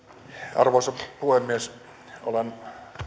arvoisa puhemies olen